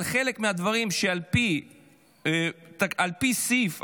אבל על פי חלק מהדברים בסעיף 41(ד),